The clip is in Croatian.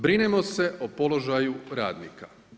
Brinemo se o položaju radnika.